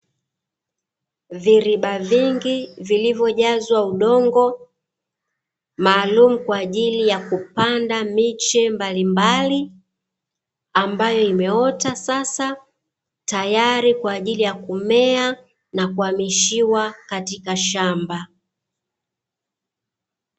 Viriba vingi vilivyojazwa udongo maalumu, kwa jili ya kupanda miche mbalimbali, ambayo imeota sasa, tayari kwa ajili ya kumea na kuhamishiwa katika shamba.